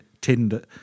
Tinder